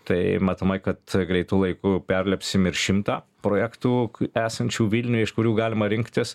tai matomai kad greitu laiku perlipsim ir šimtą projektų esančių vilniuj iš kurių galima rinktis